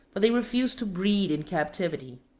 but they refuse to breed in captivity.